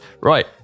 right